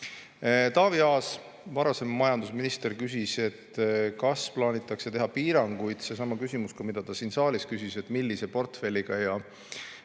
Taavi Aas, varasem majandusminister, küsis, kas plaanitakse teha piiranguid. See on seesama küsimus, mida ta ka siin saalis küsis, et millise portfelliga ja